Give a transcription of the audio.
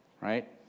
right